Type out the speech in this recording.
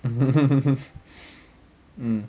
mm mm